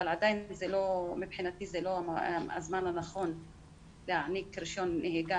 עדיין מבחינתי זה לא הזמן הנכון להעניק רישיון נהיגה